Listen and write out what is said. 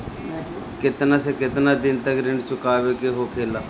केतना से केतना दिन तक ऋण चुकावे के होखेला?